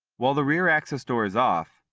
while the rear access door is off,